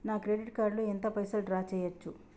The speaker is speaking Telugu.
నా క్రెడిట్ కార్డ్ లో ఎంత పైసల్ డ్రా చేయచ్చు?